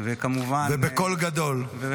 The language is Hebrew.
וכמובן -- ובקול גדול.